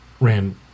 Ran